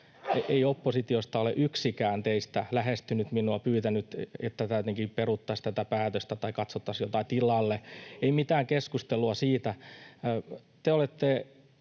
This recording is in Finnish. ei oppositiosta ole yksikään teistä lähestynyt minua ja pyytänyt, että jotenkin peruttaisiin tätä päätöstä tai katsottaisiin jotain tilalle. Ei mitään keskustelua siitä.